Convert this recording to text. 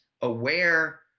aware